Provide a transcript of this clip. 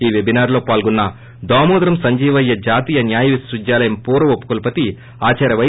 ఈ పెట్ నార్ లో పాల్గొన్న ్ దామోదర సంజీవయ్య జాతీయ న్యాయ విశ్వవిద్యాలయం పూర్వ ఉప కులపతి ఆచార్య పై